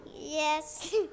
Yes